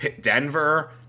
Denver